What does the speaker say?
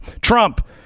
Trump